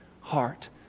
heart